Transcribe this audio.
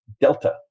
delta